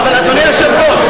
אדוני היושב-ראש,